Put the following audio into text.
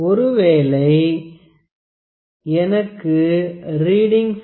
ஒரு வேலை எனக்கு ரீடிங் 50